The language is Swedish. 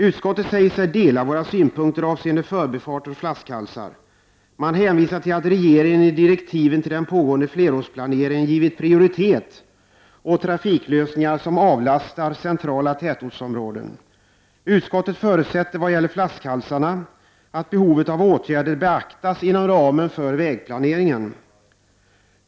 Utskottet säger sig dela våra synpunkter avseende förbifarter och flaskhalsar. Man hänvisar till att regeringen i direktiven till den pågående flerårsplaneringen givit prioritet åt trafiklösningar som avlastar centrala tätortsområden. Utskottet förutsätter vad gäller flaskhalsarna att behovet av åtgärder beaktas inom ramen för vägplaneringen.